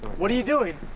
what are you doing.